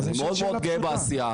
אני מאוד מאוד גאה בעשייה.